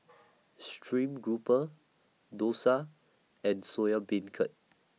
Stream Grouper Dosa and Soya Beancurd